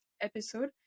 episode